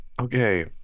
Okay